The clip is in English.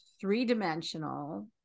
three-dimensional